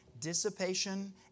dissipation